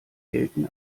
gelten